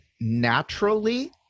naturally